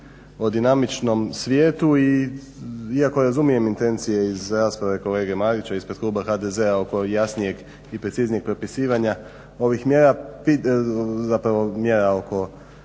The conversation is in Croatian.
o dinamičnom svijetu i iako razumijem intencije iz rasprave kolege Marića ispred kluba HDZ-a oko jasnijeg i preciznijeg propisivanja ovih mjera oko kadrova koje